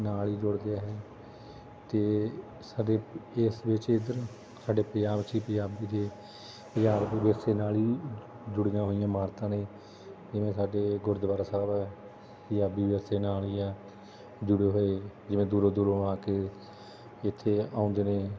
ਨਾਲ ਹੀ ਜੁੜ ਗਿਆ ਹੈ ਅਤੇ ਸਾਡੇ ਇਸ ਵਿੱਚ ਇੱਧਰ ਸਾਡੇ ਪੰਜਾਬ 'ਚ ਹੀ ਪੰਜਾਬੀ ਦੇ ਪੰਜਾਬ ਦੇ ਵਿਰਸੇ ਨਾਲ ਹੀ ਜੁੜੀਆਂ ਹੋਈਆਂ ਇਮਾਰਤਾਂ ਨੇ ਜਿਵੇਂ ਸਾਡੇ ਗੁਰਦੁਆਰਾ ਸਾਹਿਬ ਪੰਜਾਬੀ ਵਿਰਸੇ ਨਾਲ ਹੀ ਹੈ ਜੁੜੇ ਹੋਏ ਜਿਵੇਂ ਦੂਰੋ ਦੂਰੋ ਆ ਕੇ ਇੱਥੇ ਆਉਂਦੇ ਨੇ